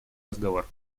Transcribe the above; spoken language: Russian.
разговор